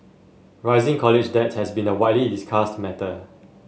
rising college debt has been a widely discussed matter